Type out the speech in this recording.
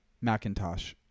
macintosh